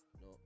No